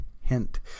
hint